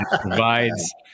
provides